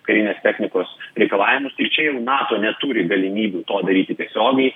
karinės technikos reikalavimus ir čia jau nato neturi galimybių to daryti tiesiogiai